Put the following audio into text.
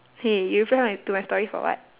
hey you reply to my to my story for what